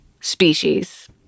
species